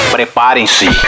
Preparem-se